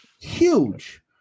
Huge